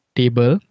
table